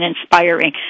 inspiring